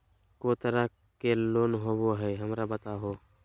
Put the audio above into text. को तरह के लोन होवे हय, हमरा बताबो?